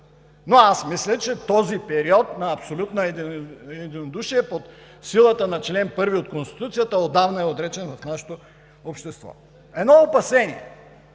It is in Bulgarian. Но аз мисля, че този период на абсолютно единодушие, по силата на чл. 1 от Конституцията, отдавна е отречен в нашето общество. Едно опасение: